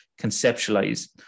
conceptualize